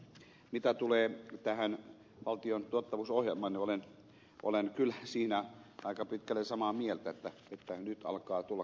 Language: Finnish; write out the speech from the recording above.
mitä tulee tähän valtion tuottavuusohjelmaan niin olen kyllä siitä aika pitkälle samaa mieltä että nyt alkaa tulla kohta raja vastaan